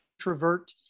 introvert